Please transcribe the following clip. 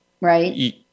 Right